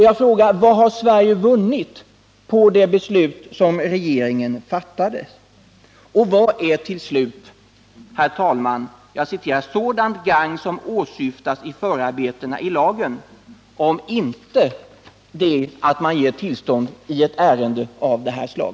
Jag frågar också: Vad har Sverige vunnit på det beslut som regeringen fattade? Vad är till slut, herr talman, ”sådant gagn för svensk sjöfart som åsyftas i förarbetena till lagen” i ett ärende av detta slag?